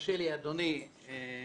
ותרשה לי אדוני לומר